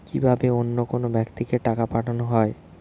কি ভাবে অন্য কোনো ব্যাক্তিকে টাকা পাঠানো হয়?